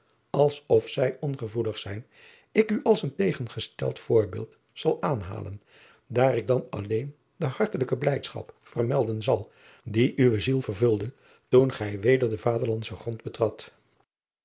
als of zij ongevoelig zijn ik u als een tegengesteld voorbeeld zal aanhalen daar ik dan alleen de hartelijke blijdschap vermelden zal die uwe ziel vervulde toen gij weder den vaderlandschen grond betradt